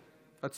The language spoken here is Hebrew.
היהדות הדתית?